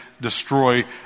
destroy